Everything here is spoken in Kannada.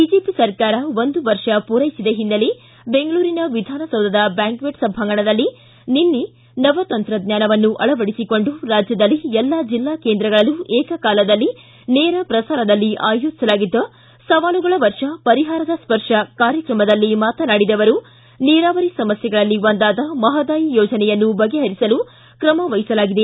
ಬಿಜೆಪಿ ಸರ್ಕಾರ ಒಂದು ವರ್ಷ ಪೂರೈಸಿದ ಹಿನ್ನೆಲೆ ಬೆಂಗಳೂರಿನ ವಿಧಾನಸೌಧದ ಬ್ಯಾಂಕ್ಷೆಚ್ ಸಭಾಂಗಣದಲ್ಲಿ ನಿನ್ನೆ ನವ ತಂತ್ರಜ್ಞಾನವನ್ನು ಅಳವಡಿಸಿಕೊಂಡು ರಾಜ್ಯದಲ್ಲಿ ಎಲ್ಲಾ ಜಿಲ್ಲಾ ಕೇಂದ್ರಗಳಲ್ಲೂ ಏಕಕಾಲದಲ್ಲಿ ನೇರ ಪ್ರಸಾರದಲ್ಲಿ ಆಯೋಜಿಸಲಾಗಿದ್ದ ಸವಾಲುಗಳ ವರ್ಷ ಪರಿಹಾರದ ಸ್ಪರ್ಶ ಕಾರ್ಯಕ್ರಮದಲ್ಲಿ ಮಾತನಾಡಿದ ಅವರು ನೀರಾವರಿ ಸಮಸ್ಥೆಗಳಲ್ಲಿ ಒಂದಾದ ಮಹಾದಾಯಿ ಯೋಜನೆಯನ್ನು ಬಗೆಹರಿಸಲು ಕ್ರಮ ವಹಿಸಲಾಗಿದೆ